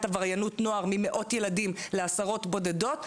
עבריינות נוער ממאות ילדים לעשרות בודדות,